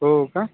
हो का